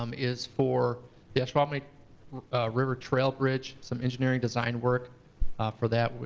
um is for the ashwaubenon river trail bridge, some engineering design work for that,